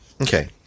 okay